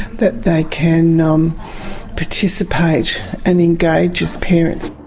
that they can um participate and engage as parents.